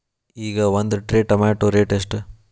ಈಗ ಒಂದ್ tray tomato rate ಎಷ್ಟ?